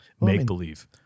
make-believe